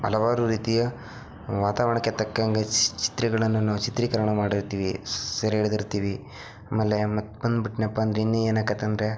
ಹಲವಾರು ರೀತಿಯ ವಾತಾವರಣಕ್ಕೆ ತಕ್ಕಾಗೆ ಚಿ ಚಿತ್ರಗಳನ್ನು ನಾವು ಚಿತ್ರೀಕರಣ ಮಾಡಿರುತ್ತೀವಿ ಸೆರೆ ಹಿಡಿದಿರ್ತೀವಿ ಆಮೇಲೆ ಮತ್ತೆ ಬಂದುಬಿಟ್ನೆಪ್ಪ ಅಂದರೆ ಇನ್ನು ಏನಾಗತ್ತಂದ್ರೆ